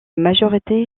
majorité